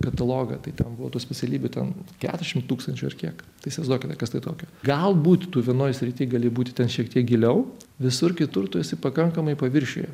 katalogą tai ten buvo tų specialybių ten keturiasdešim tūkstančių ar kiek tai įsivaizduokime kas tai tokio gal būt tu vienoj srityj gali būti ten šiek tiek giliau visur kitur tu esi pakankamai paviršiuje